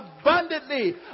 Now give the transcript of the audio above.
abundantly